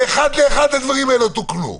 ואחד לאחד הדברים האלה תוקנו.